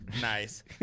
Nice